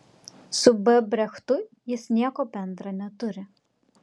su b brechtu jis nieko bendra neturi